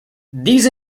these